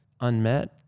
unmet